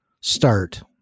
start